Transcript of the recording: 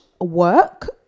work